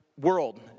world